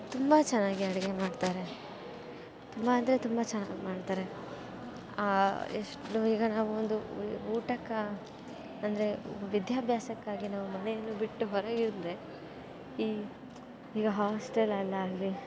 ತುಂಬ ಚೆನ್ನಾಗಿ ಅಡಿಗೆ ಮಾಡ್ತಾರೆ ತುಂಬ ಅಂದರೆ ತುಂಬ ಚೆನ್ನಾಗಿ ಮಾಡ್ತಾರೆ ಎಷ್ಟು ಈಗ ನಾವೊಂದು ಊಟಕ್ಕೆ ಅಂದರೆ ವಿದ್ಯಾಭ್ಯಾಸಕ್ಕಾಗಿ ನಾವು ಮನೆಯನ್ನು ಬಿಟ್ಟು ಹೊರಗಿದ್ದರೆ ಈ ಈಗ ಹಾಸ್ಟೆಲಲ್ಲಿ ಆಗಲಿ